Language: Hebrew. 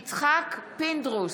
יצחק פינדרוס,